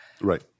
Right